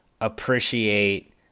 appreciate